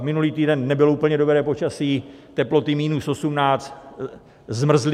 Minulý týden nebylo úplně dobré počasí, teploty minus 18, zmrzlí.